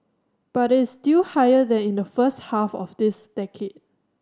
but it's still higher than in the first half of this decade